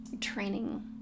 training